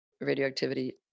radioactivity